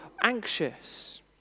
anxious